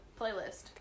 playlist